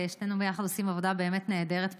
ושנינו יחד עושים עבודה באמת נהדרת פה,